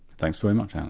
thanks very much, alan.